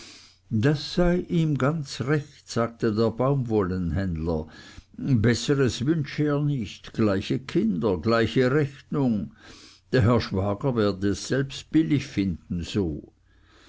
das sei ihm ganz recht sagte der baumwollenhändler besseres wünsche er nicht gleiche kinder gleiche rechnung der herr schwager werde selbst es billig finden so